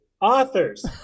authors